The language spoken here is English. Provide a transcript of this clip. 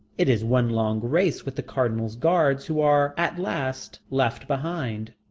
it is one long race with the cardinal's guards who are at last left behind.